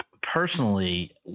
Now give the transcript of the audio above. personally